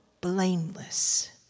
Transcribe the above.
blameless